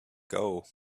goal